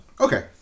Okay